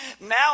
now